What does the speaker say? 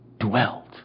dwelt